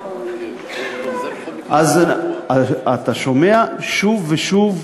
אתה שומע שוב ושוב,